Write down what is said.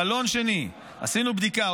חלון שני: עשינו בדיקה,